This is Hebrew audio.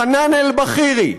חנאן אלבחירי,